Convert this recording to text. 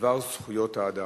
בדבר זכויות האדם.